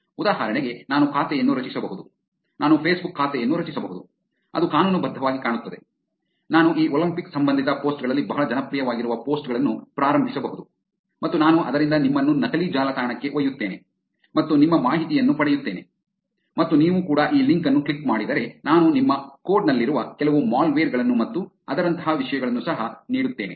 ಉದಾಹರಣೆಗೆ ನಾನು ಖಾತೆಯನ್ನು ರಚಿಸಬಹುದು ನಾನು ಫೇಸ್ಬುಕ್ ಖಾತೆಯನ್ನು ರಚಿಸಬಹುದು ಅದು ಕಾನೂನುಬದ್ಧವಾಗಿ ಕಾಣುತ್ತದೆ ನಾನು ಈ ಒಲಿಂಪಿಕ್ಸ್ ಸಂಬಂಧಿತ ಪೋಸ್ಟ್ ಗಳಲ್ಲಿ ಬಹಳ ಜನಪ್ರಿಯವಾಗಿರುವ ಪೋಸ್ಟ್ ಗಳನ್ನು ಪ್ರಾರಂಭಿಸಬಹುದು ಮತ್ತು ನಾನು ಅದರಿಂದ ನಿಮ್ಮನ್ನು ನಕಲಿ ಜಾಲತಾಣಕ್ಕೆ ಒಯ್ಯುತ್ತೇನೆ ಮತ್ತು ನಿಮ್ಮ ಮಾಹಿತಿಯನ್ನು ಪಡೆಯುತ್ತೇನೆ ಮತ್ತು ನೀವು ಕೂಡ ಈ ಲಿಂಕ್ ಅನ್ನು ಕ್ಲಿಕ್ ಮಾಡಿದರೆ ನಾನು ನಿಮ್ಮ ಕೋಡ್ ನಲ್ಲಿರುವ ಕೆಲವು ಮಾಲ್ವೇರ್ ಗಳನ್ನು ಮತ್ತು ಅದರಂತಹ ವಿಷಯಗಳನ್ನು ಸಹ ನೀಡುತ್ತೇನೆ